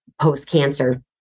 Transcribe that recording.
post-cancer